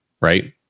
right